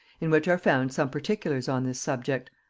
in which are found some particulars on this subject,